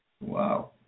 Wow